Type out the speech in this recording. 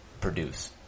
produce